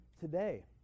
today